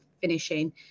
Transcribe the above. finishing